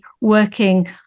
working